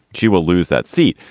she will lose that seat.